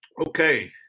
Okay